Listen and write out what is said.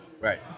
Right